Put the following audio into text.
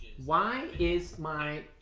why is my